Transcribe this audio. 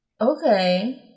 Okay